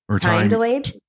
Time-delayed